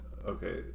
Okay